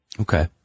Okay